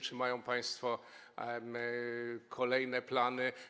Czy mają państwo kolejne plany?